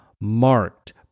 marked